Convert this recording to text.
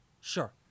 Sure